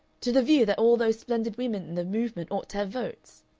to the view that all those splendid women in the movement ought to have votes.